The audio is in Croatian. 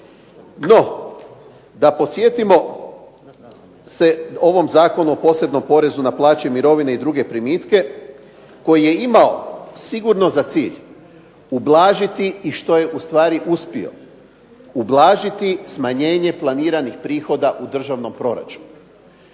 No, da podsjetimo se o ovom Zakonu o posebnom porezu na plaće, mirovine i druge primitke koji je imao sigurno za cilj ublažiti i što je ustvari i uspio, ublažiti smanjenje planiranih prihoda u državnom proračunu.